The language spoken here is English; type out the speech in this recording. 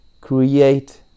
create